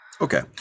Okay